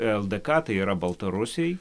ldk tai yra baltarusiai